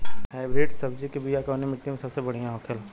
Hybrid सब्जी के बिया कवने मिट्टी में सबसे बढ़ियां होखे ला?